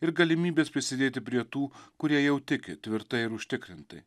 ir galimybės prisidėti prie tų kurie jau tiki tvirtai ir užtikrintai